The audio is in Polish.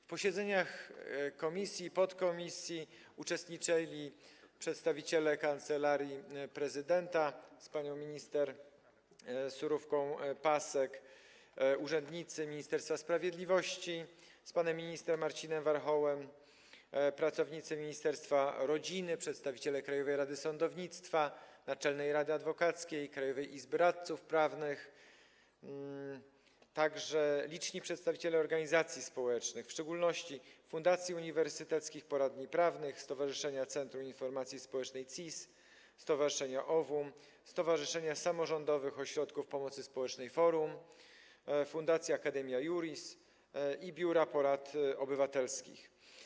W posiedzeniach komisji i podkomisji uczestniczyli przedstawiciele Kancelarii Prezydenta RP z panią minister Surówką-Pasek, urzędnicy Ministerstwa Sprawiedliwości z panem ministrem Marcinem Warchołem, pracownicy ministerstwa rodziny, przedstawiciele Krajowej Rady Sądownictwa, Naczelnej Rady Adwokackiej, Krajowej Izby Radców Prawnych, a także liczni przedstawiciele organizacji społecznych, w szczególności Fundacji Uniwersyteckich Poradni Prawnych, Stowarzyszenia Centrum Informacji Społecznej - CIS, Stowarzyszenia OVUM, Stowarzyszenie Samorządowych Ośrodków Pomocy Społecznej „FORUM”, Fundacja Academia Iuris i biura porad obywatelskich.